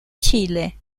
chile